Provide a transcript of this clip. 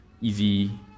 easy